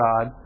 God